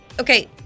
okay